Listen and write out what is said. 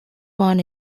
born